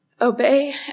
obey